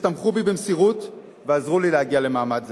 שתמכו בי במסירות ועזרו לי להגיע למעמד זה.